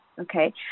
okay